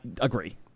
agree